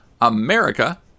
America